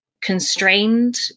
constrained